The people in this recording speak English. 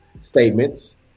statements